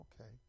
okay